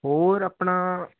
ਹੋਰ ਆਪਣਾ